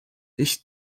ich